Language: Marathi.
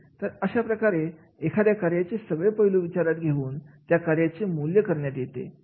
तर अशा प्रकारे एखाद्या कार्याची सगळे पैलू विचारात घेऊन त्या कार्याचे मूल्य करण्यात येते